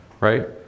right